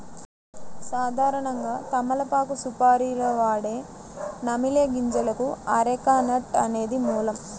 సాధారణంగా తమలపాకు సుపారీలో వాడే నమిలే గింజలకు అరెక నట్ అనేది మూలం